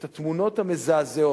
את התמונות המזעזעות